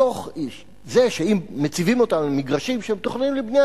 מתוך זה שאם מציבים אותם על מגרשים שמתוכננים לבנייה